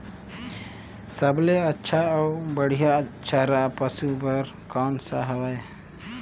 सबले अच्छा अउ बढ़िया चारा पशु बर कोन सा हवय?